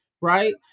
right